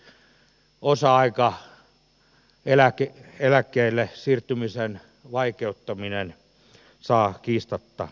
tämänhän siis osa aikaeläkkeelle siirtymisen vaikeuttaminen saa kiistatta aikaan